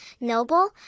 noble